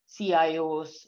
CIOs